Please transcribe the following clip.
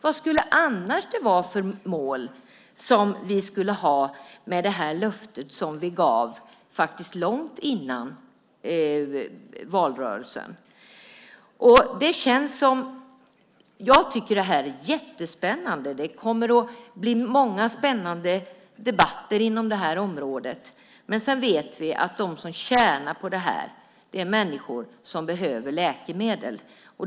Vad skulle annars målet vara med det löfte som vi gav långt före valrörelsen? Jag tycker att det här är jättespännande. Det kommer att bli många spännande debatter inom det här området. Men sedan vet vi att de som tjänar på det här är människor som behöver läkemedel.